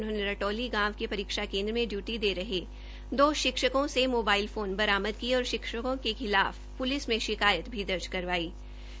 उन्होंने रटौली गांव गांव के परीक्षा केन्द्र में डयूटी दे रहे दो शिक्षकों से मोबाइल फोन बरामद किये और शिक्षकों के खिलाफ प्लिस में शिकायत भी दर्ज करवाई गई